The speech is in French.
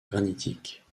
granitique